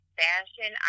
fashion